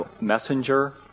messenger